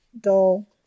dull